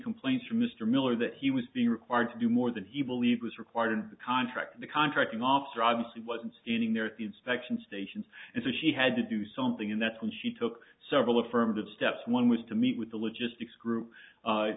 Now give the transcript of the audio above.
complaints from mr miller that he would be required to do more than he believed was required to contract the contracting off drugs he wasn't standing there at the inspection stations and she had to do something and that's when she took several affirmative steps one was to meet with the logistics group a